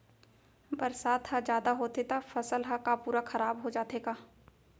बरसात ह जादा होथे त फसल ह का पूरा खराब हो जाथे का?